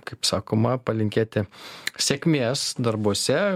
kaip sakoma palinkėti sėkmės darbuose